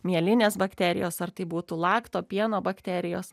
mėlinės bakterijos ar tai būtų lakto pieno bakterijos